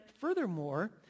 furthermore